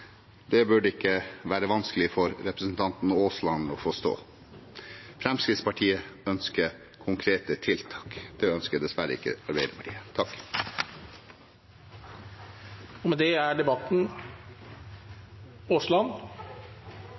burde ikke være vanskelig for representanten Aasland å forstå. Fremskrittspartiet ønsker konkrete tiltak, det ønsker dessverre ikke Arbeiderpartiet. Til det å fremme konkrete tiltak: Reiseliv 21 er